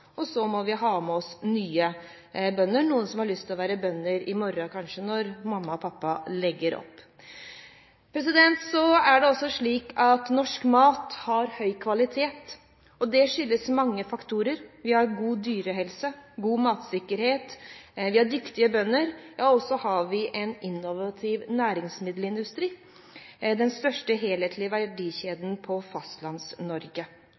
Og vi må ha med oss nye bønder: noen som har lyst til å være bønder i morgen, kanskje, når mamma og pappa legger opp. Norsk mat har høy kvalitet. Det skyldes mange faktorer. Vi har god dyrehelse, god matsikkerhet, dyktige bønder og en innovativ næringsmiddelindustri – den største helhetlige